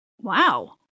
Wow